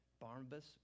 Barnabas